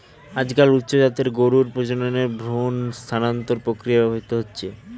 আজকাল উচ্চ জাতের গরুর প্রজননে ভ্রূণ স্থানান্তর প্রক্রিয়া ব্যবহৃত হচ্ছে